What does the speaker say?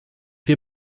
wir